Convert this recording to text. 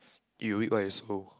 you reap what you sow